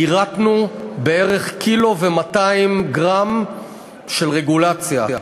יירטנו בערך קילו ו-200 גרם של רגולציה.